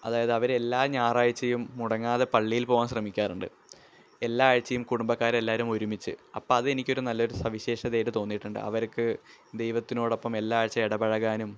അതായത് അവരെല്ലാ ഞായറാഴ്ചയും മുടങ്ങാതെ പള്ളിയിൽ പോകാൻ ശ്രമിക്കാറുണ്ട് എല്ലാ ആഴ്ചയും കുടുംബക്കാരെല്ലാം ഒരുമിച്ച് അപ്പോള് അതെനിക്കൊരു നല്ലൊരു സവിശേഷതയായിട്ട് തോന്നിയിട്ടുണ്ട് അവർക്ക് ദൈവത്തിനോടൊപ്പം എല്ലാ ആഴ്ച ഇടപഴകാനും